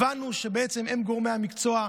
הבנו שבעצם הם גורמי המקצוע,